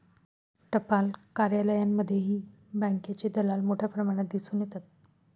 टपाल कार्यालयांमध्येही बँकेचे दलाल मोठ्या प्रमाणात दिसून येतात